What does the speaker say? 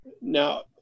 Now